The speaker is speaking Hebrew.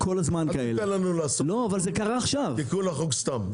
אל תיתן לנו לעשות תיקון לחוק סתם.